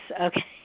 Okay